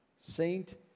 Saint